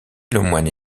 lemoine